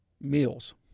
meals